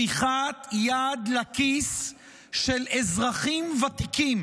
שליחת יד לכיס של אזרחים ותיקים